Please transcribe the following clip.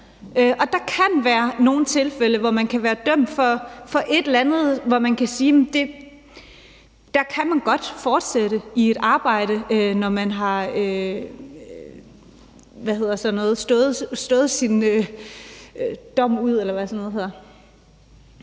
Der kan være nogle personer, som kan være dømt for et eller andet, og hvor man kan sige, at de godt kan fortsætte i et arbejde, når de har afsonet deres dom.